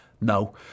No